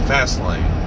Fastlane